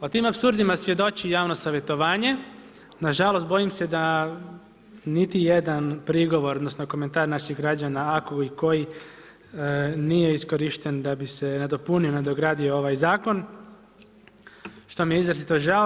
O tim apsurdima svjedoči javno savjetovanje, nažalost bojim se da niti jedan prigovor odnosno komentar naših građana ako i koji nije iskorišten da bi se nadopunio, nadogradio ovaj zakon, što mi je izrazito žao.